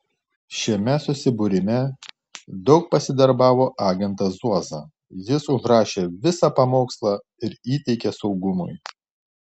šiame susibūrime daug pasidarbavo agentas zuoza jis užrašė visą pamokslą ir įteikė saugumui